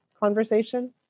conversation